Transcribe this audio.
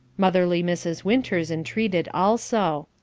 motherly mrs. winters entreated also.